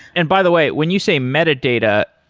and by the way, when you say metadata,